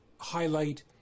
highlight